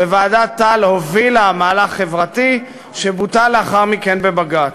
וועדת טל הובילה מהלך חברתי שבוטל לאחר מכן בבג"ץ.